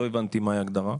לא הבנתי מהי ההגדרה.